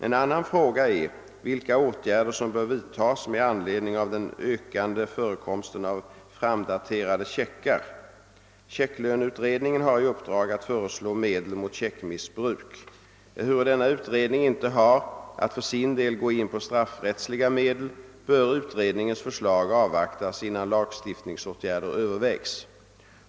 En annan fråga är vilka åtgärder som bör vidtas med anledning av den ökande förekomsten av framdaterade checkar. Checklöneutredningen har i uppdrag att föreslå medel mot checkmissbruk. Ehuru denna utredning inte har att för sin del gå in på straffrättsliga medel bör utredningens förslag avvaktas innan Jlagstiftningsåtgärder övervägs.